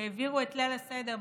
שהעבירו את ליל הסדר במקלטים?